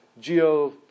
GEO